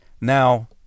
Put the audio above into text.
now